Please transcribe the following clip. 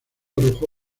arrojó